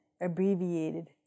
abbreviated